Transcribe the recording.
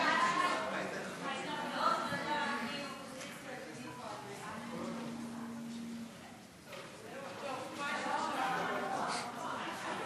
חוק סדר הדין הפלילי (עצור החשוד בעבירת ביטחון) (הוראת שעה)